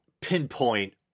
pinpoint